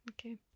Okay